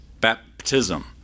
baptism